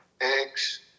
Eggs